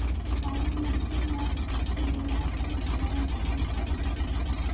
काली मिट्टी मे खेती लेली की ध्यान रखे परतै?